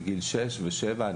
בגיל שבע.